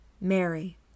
Mary